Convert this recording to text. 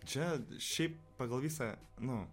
čia šiaip pagal visą nu